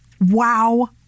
Wow